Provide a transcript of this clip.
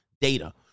data